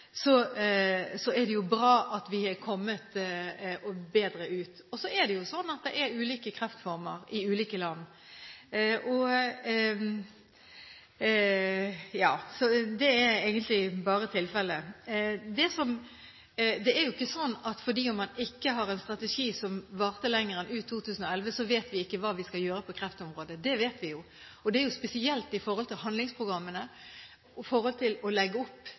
er det jo bra at vi har kommet bedre ut. Så er det jo slik at det er ulike kreftformer i ulike land. Det er ikke slik at fordi man ikke hadde en strategi som varte lenger enn ut 2011, vet vi ikke hva vi skal gjøre på kreftområdet, for det vet vi jo. Det gjelder jo spesielt i forhold til handlingsprogrammene, i forhold til å legge opp